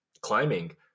climbing